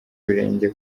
birenge